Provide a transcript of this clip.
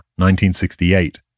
1968